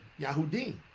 Yahudim